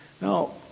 Now